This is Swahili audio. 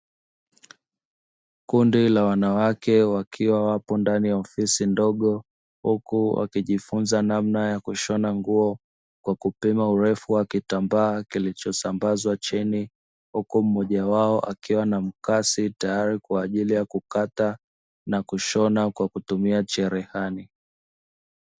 Kundi la wanawake wakiwa wapo ndani ya ofisi ndogo huku wakijifunza namna ya kushona nguo kwa kupima urefu wa kitambaa kilichosambazwa chini huku mmoja wao akiwa na mkasi tayari kwaajili ya kukata na kushona kwa kutumia cherehani.